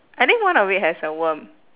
I think one of it has a worm